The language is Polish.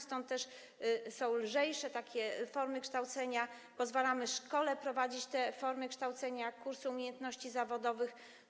Stąd też są lżejsze formy kształcenia, pozwalamy szkole prowadzić te formy kształcenia, kurs umiejętności zawodowych.